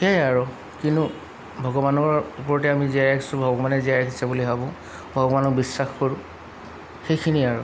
সেয়াই আৰু কিনো ভগৱানৰ ওপৰতে আমি জীয়াই আছোঁ ভগৱানে জীয়াই ৰাখিছে বুলি ভাবোঁ ভগৱানক বিশ্বাস কৰোঁ সেইখিনিয়ে আৰু